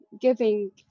giving